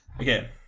Okay